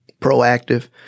proactive